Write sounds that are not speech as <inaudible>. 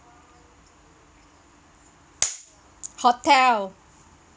<noise> hotel